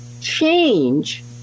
change